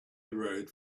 rode